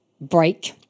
break